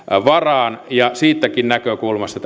varaan ja siitäkin näkökulmasta